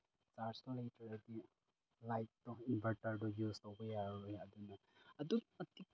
ꯆꯥꯔꯖꯇꯣ ꯂꯩꯇ꯭ꯔꯗꯤ ꯂꯥꯏꯠꯇꯣ ꯏꯟꯕꯔꯇꯔꯗꯣ ꯌꯨꯁ ꯇꯧꯕ ꯌꯥꯔꯔꯣꯏ ꯑꯗꯨꯅ ꯑꯗꯨꯛ ꯃꯇꯤꯛ